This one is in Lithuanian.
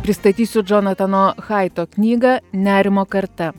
pristatysiu džonatano haito knygą nerimo karta